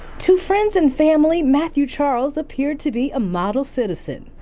to friends and family, matthew charles appeared to be a model citizen.